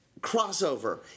crossover